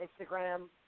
Instagram